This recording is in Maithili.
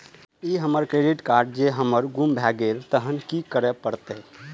ई हमर क्रेडिट कार्ड जौं हमर गुम भ गेल तहन की करे परतै?